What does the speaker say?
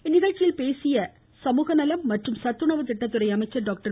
இந்நிகழ்ச்சியில் பேசிய மாநில சமூகநலம் மற்றும் சத்துணவுத்திட்டத்துறை அமைச்சர் டாக்டர்